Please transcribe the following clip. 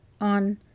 on